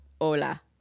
hola